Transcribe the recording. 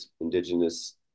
indigenous